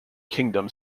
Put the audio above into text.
kingdom